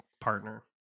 partner